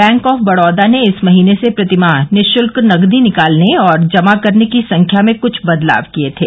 bank of Baroda ने इस महीने से प्रति माह निशुल्क नकदी निकालने और जमा कराने की संख्या में कुछ बदलाव किए थे